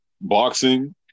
boxing